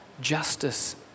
justice